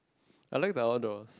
I like the outdoors